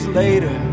later